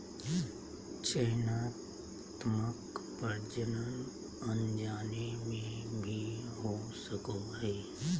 चयनात्मक प्रजनन अनजाने में भी हो सको हइ